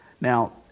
Now